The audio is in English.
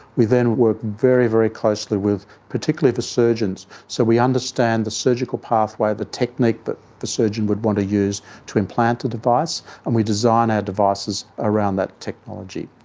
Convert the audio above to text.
we then work very, very closely with particularly the surgeons, so we understand the surgical pathway, the technique that but the surgeon would want to use to implant the device and we design our devices around that technology.